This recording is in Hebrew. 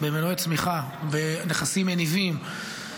למנועי צמיחה, לנכסים מניבים.